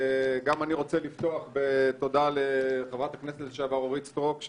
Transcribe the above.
גם אני רוצה לפתוח בתודה לחברת הכנסת לשעבר אורית סטרוק,